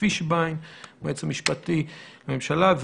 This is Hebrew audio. מהיועץ המשפטי לממשלה,